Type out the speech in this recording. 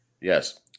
Yes